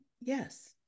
yes